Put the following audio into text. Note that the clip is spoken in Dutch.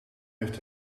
heeft